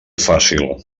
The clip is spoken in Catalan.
fàcil